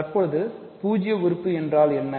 தற்போது பூஜ்ஜிய உறுப்பு என்றால் என்ன